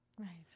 Right